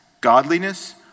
godliness